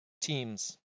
teams